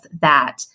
that-